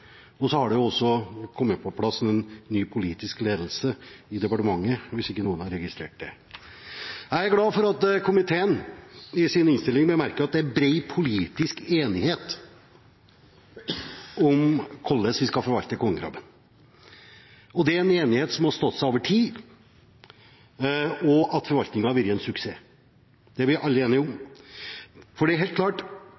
det er noen som ikke har registrert det. Jeg er glad for at komiteen i sin innstilling bemerker at det er bred politisk enighet om hvordan vi skal forvalte kongekrabben. Det er en enighet som har stått seg over tid – og også om at forvaltningen har vært en suksess. Det er vi alle enige om.